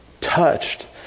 Touched